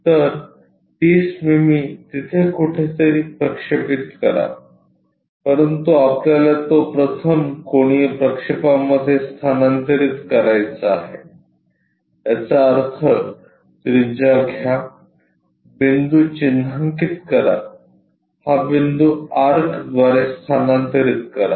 तर 30 मिमी तिथे कुठेतरी प्रक्षेपित करा परंतु आपल्याला तो प्रथम कोनीय प्रक्षेपामध्ये स्थानांतरित करायचा आहे याचा अर्थ त्रिज्या घ्या बिंदू चिन्हांकित कराहा बिंदू आर्क द्वारे स्थानांतरित करा